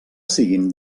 siguin